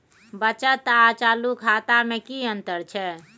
बचत आर चालू खाता में कि अतंर छै?